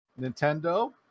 Nintendo